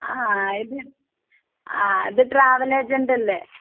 ആ ഇത് ആ ഇത് ട്രാവലേജൻ്റല്ലേ